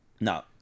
No